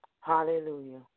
Hallelujah